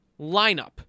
lineup